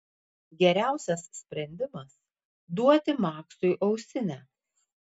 geriausias sprendimas duoti maksui ausinę